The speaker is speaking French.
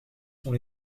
sont